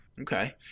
Okay